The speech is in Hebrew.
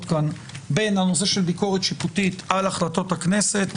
כאן בין הנושא של ביקורת שיפוטית על החלטות הכנסת.